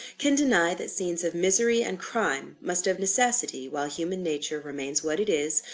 can deny that scenes of misery and crime must of necessity, while human nature remains what it is,